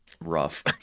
Rough